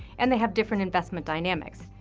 and they have different investment dynamics,